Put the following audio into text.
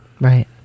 Right